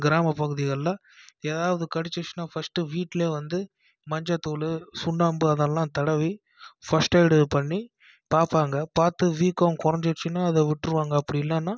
கிராமப் பகுதிகளில் ஏதாவது கடிச்சிடுச்சுன்னா ஃபஸ்ட்டு வீட்லேயே வந்து மஞ்சத்தூள் சுண்ணாம்பு அதெல்லாம் தடவி ஃபஸ்ட் எய்டு பண்ணி பார்ப்பாங்க பார்த்து வீக்கம் கொறைஞ்சிடுச்சின்னா அதை விட்ருவாங்க அப்படி இல்லைன்னா